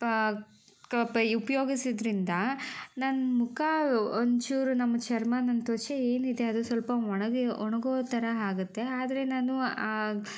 ಉಪಯೋಗಿಸಿದ್ದರಿಂದ ನನ್ನ ಮುಖ ಒಂದು ಚೂರು ನನ್ನ ಚರ್ಮ ನನ್ನ ತ್ವಚೆ ಏನಿದೆ ಅದು ಸ್ವಲ್ಪ ಒಣಗಿ ಒಣಗೋ ಥರ ಆಗುತ್ತೆ ಆದರೆ ನಾನು